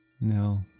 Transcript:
No